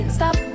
Stop